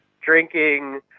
drinking